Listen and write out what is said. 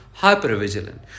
hypervigilant